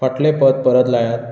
फाटलें पद परत लायात